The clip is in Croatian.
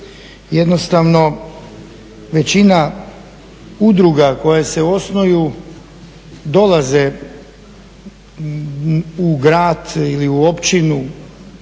jednostavno većina udruga koje se osnuju dolaze u grad ili u općinu